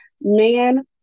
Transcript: man